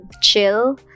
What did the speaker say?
chill